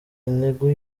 ntego